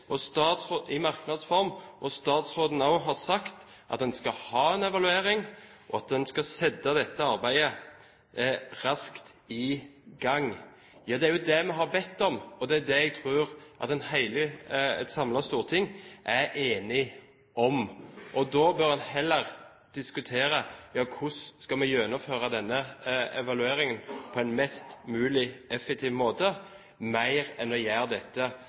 i merknads form – og som også statsråden har sagt – at en skal ha en evaluering, og at en skal sette dette arbeidet i gang raskt, er det jo det vi ber om. Og det tror jeg et samlet storting er enig om. En bør diskutere hvordan vi skal gjennomføre denne evalueringen på en mest mulig effektiv måte, heller enn å gjøre dette